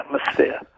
atmosphere